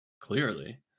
clearly